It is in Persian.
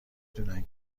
دونن